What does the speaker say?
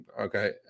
Okay